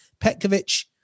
Petkovic